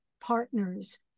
partners